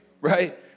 Right